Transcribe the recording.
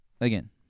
again